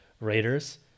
raiders